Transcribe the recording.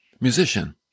musician